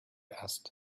asked